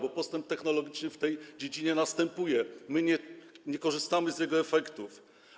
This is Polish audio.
Bo postęp technologiczny w tej dziedzinie następuje, a my nie korzystamy z jego efektów.